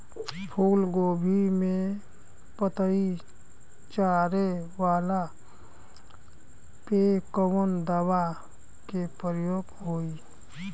फूलगोभी के पतई चारे वाला पे कवन दवा के प्रयोग होई?